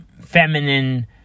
feminine